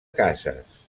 cases